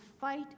fight